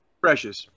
Precious